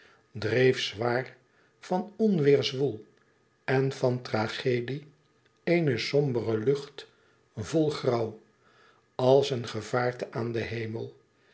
dreef zwaar van onweêr zwoel en van tragedie eene sombere lucht vol grauw als een gevaarte aan den hemel